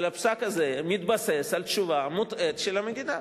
אבל הפסק הזה מתבסס על תשובה מוטעית של המדינה,